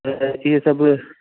त इहे सभु